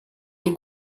les